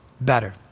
better